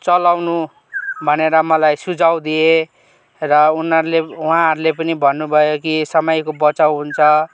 चलाउनु भनेर मलाई सुझाव दिए उनीहरूले उहाँहरूले पनि भन्नुभयो कि समयको बचाउ हुन्छ